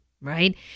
right